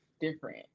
different